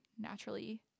naturally